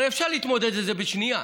הרי אפשר להתמודד עם זה בשנייה,